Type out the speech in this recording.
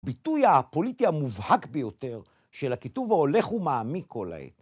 ביטוי הפוליטי המובהק ביותר של הקיטוב ההולך ומעמיק כל העת.